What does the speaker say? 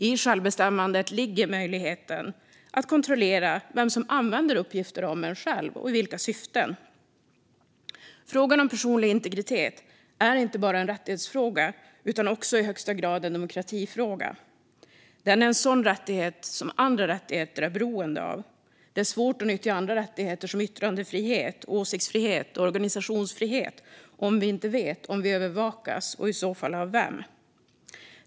I självbestämmandet ligger möjligheten att kontrollera vem som använder uppgifter om en själv och i vilka syften. Frågan om personlig integritet är inte bara en rättighetsfråga utan också i högsta grad en demokratifråga. Den är en sådan rättighet som andra rättigheter är beroende av. Det är svårt att nyttja andra rättigheter som yttrandefrihet, åsiktsfrihet och organisationsfrihet om vi inte vet om vi övervakas och i så fall av vem.